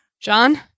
John